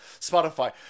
Spotify